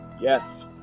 Yes